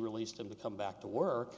released him to come back to work